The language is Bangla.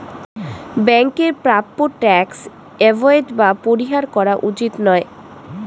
ব্যাংকের প্রাপ্য ট্যাক্স এভোইড বা পরিহার করা উচিত নয়